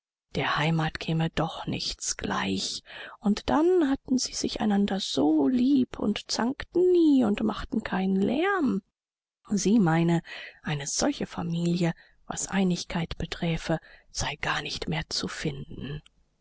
der heimat käme doch nichts gleich und dann hatten sie sich einander so lieb und zankten nie und machten keinen lärm sie meine eine solche familie was einigkeit beträfe sei gar nicht mehr zu finden